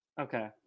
Okay